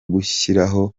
gushyiraho